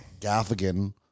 Gaffigan